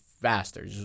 faster